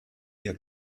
ihr